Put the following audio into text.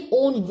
own